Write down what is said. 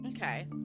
okay